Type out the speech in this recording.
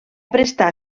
prestar